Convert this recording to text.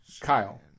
Kyle